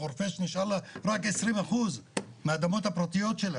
חורפיש נשאר לה רק 20% מהאדמות הפרטיות שלה,